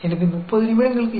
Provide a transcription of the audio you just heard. तो उस की प्रोबेबिलिटी क्या है